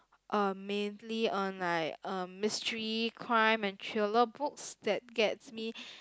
uh mainly on like um mystery crime and thriller books that gets me